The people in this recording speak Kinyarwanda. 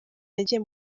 nagiye